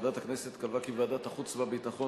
ועדת הכנסת קבעה כי ועדת החוץ והביטחון